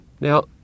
Now